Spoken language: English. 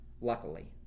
Luckily